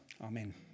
Amen